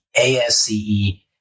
ASCE